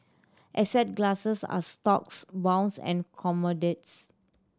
asset classes are stocks bonds and commodities